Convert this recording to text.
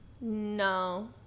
No